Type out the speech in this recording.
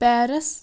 Paris